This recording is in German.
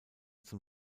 zum